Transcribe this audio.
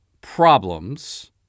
problems